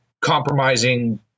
compromising